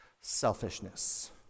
Selfishness